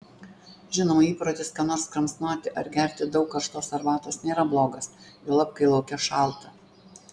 žinoma įprotis ką nors kramsnoti ar gerti daug karštos arbatos nėra blogas juolab kai lauke šalta